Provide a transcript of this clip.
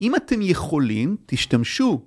‫אם אתם יכולים, תשתמשו.